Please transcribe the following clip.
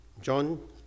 John